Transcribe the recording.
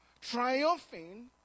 triumphing